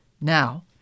Now